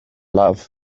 love